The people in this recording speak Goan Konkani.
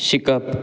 शिकप